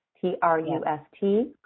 T-R-U-S-T